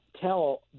tell